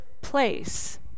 place